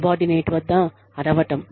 subordinate వద్ద అరవటం